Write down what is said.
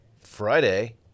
Friday